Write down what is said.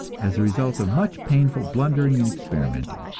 as the result of much painful blundering and experimenting.